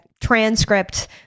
transcript